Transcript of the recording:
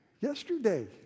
Yesterday